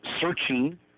searching